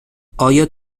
آیا